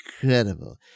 incredible